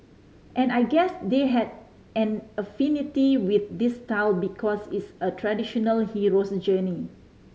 and I guess they had an affinity with this style because it's a traditional hero's journey